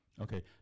okay